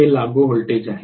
हे लागू व्होल्टेज आहे